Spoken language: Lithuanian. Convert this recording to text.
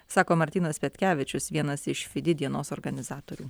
sako martynas petkevičius vienas iš fidi dienos organizatorių